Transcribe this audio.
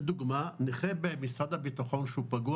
לדוגמה נכה במשרד הביטחון שהוא פגוע